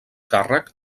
càrrec